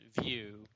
view